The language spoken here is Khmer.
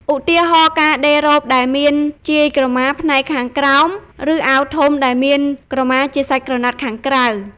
ឧទាហរណ៍ ការដេររ៉ូបដែលមានជាយក្រមាផ្នែកខាងក្រោម ឬអាវធំដែលមានក្រមាជាសាច់ក្រណាត់ខាងក្រៅ។